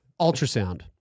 Ultrasound